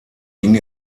ging